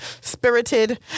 spirited